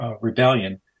rebellion